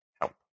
Help